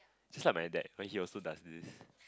just like my dad when he also does this